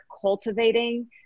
cultivating